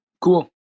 Cool